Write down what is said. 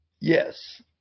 Yes